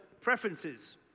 preferences